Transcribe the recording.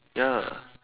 ya